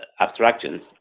abstractions